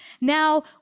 Now